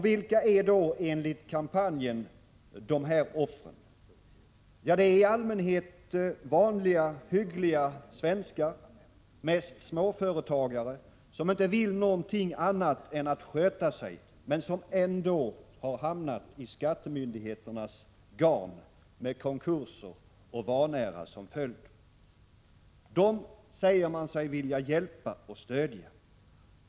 Vilka är då enligt kampanjen dessa offer? Ja, de är i allmänhet vanliga, hyggliga svenskar — mest småföretagare — som inte vill något annat än att sköta sig men som ändå hamnat i skattemyndigheternas garn med konkurser och vanära som följd. Dem säger man sig vilja stödja och hjälpa.